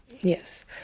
yes